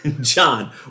John